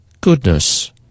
goodness